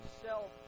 self